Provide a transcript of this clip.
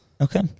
Okay